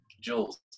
jules